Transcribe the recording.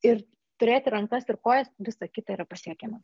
ir turėti rankas ir kojas visa kita yra pasiekiama